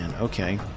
okay